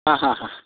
ಹಾಂ ಹಾಂ ಹಾಂ